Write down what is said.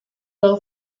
low